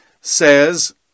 says